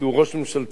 כי הוא ראש ממשלתנו,